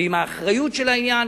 ועם האחריות של העניין,